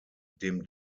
dem